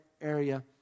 area